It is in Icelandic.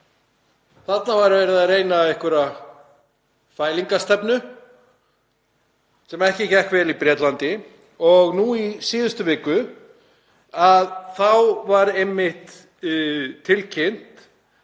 Þarna var verið að reyna einhverja fælingarstefnu sem ekki gekk vel í Bretlandi. En í síðustu viku var einmitt tilkynnt